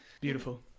Beautiful